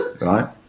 right